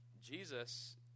Jesus